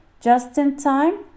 just-in-time